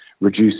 reduce